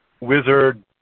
wizard